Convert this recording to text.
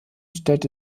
stellte